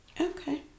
okay